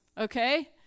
Okay